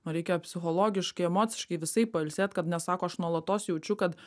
man reikia psichologiškai emociškai visaip pailsėt kad nes sako aš nuolatos jaučiu kad